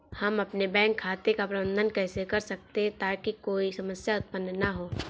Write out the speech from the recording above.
हम अपने बैंक खाते का प्रबंधन कैसे कर सकते हैं ताकि कोई समस्या उत्पन्न न हो?